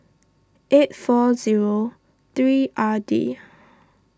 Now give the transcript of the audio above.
eight four zero three R D